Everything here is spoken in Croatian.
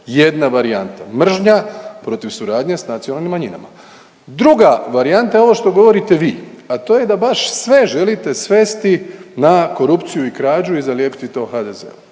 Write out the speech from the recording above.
jedna varijanta. Mržnja protiv suradnje sa nacionalnim manjinama. Druga varijanta je ovo što govorite vi, a to je da baš sve želite svesti na korupciju i krađu i zalijepiti to HDZ-u.